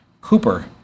Cooper